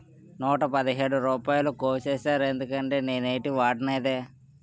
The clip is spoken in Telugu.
నూట పదిహేడు రూపాయలు కోసీసేరెందుకండి నేనేటీ వోడనేదే